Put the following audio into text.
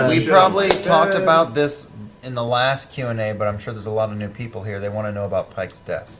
and we probably talked about this in the last q and amp a, but i'm sure there's a lot of new people here. they want to know about pike's death.